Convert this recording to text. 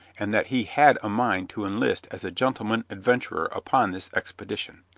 and that he had a mind to enlist as a gentleman adventurer upon this expedition.